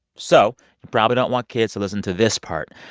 so you probably don't want kids to listen to this part.